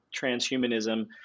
transhumanism